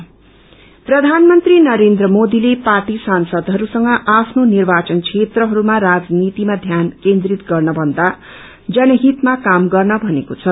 PS politics प्रधानमन्त्री नरेन्द्र मोदीले party सांसरहरूसँग आफ्नो निर्वाचन क्षेत्रहरूमा राजनीतिमा ध्यान केन्द्रित गर्नभन्दा जनहितमा काम गर्न भनेको छ